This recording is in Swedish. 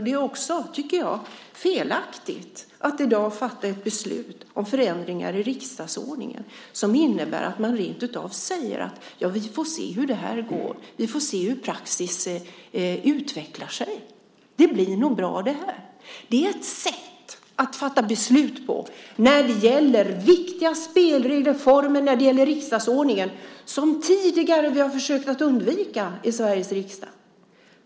Det är också, tycker jag, felaktigt att i dag fatta ett beslut om förändringar i riksdagsordningen som innebär att man rentav säger: Vi får se hur det här går. Vi får se hur praxis utvecklas. Det här blir nog bra. Det är ett sätt att fatta beslut när det gäller viktiga spelregler och former i fråga om riksdagsordningen som vi tidigare försökt att undvika i Sveriges riksdag.